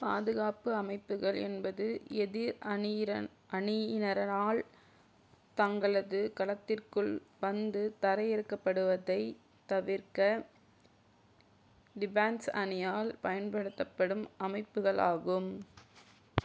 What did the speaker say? பாதுகாப்பு அமைப்புகள் என்பது எதிர் அணியினர அணியினரால் தங்களது களத்திற்குள் பந்து தரையிறக்கப்படுவதைத் தவிர்க்க டிபேன்ஸ் அணியால் பயன்படுத்தப்படும் அமைப்புகள் ஆகும்